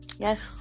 Yes